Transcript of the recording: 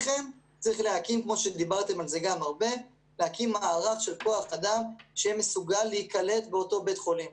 להקים מערך של כוח אדם שיהיה מסוגל להיקלט באותו בית חולים.